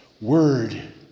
Word